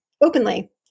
openly